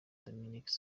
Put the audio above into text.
dominique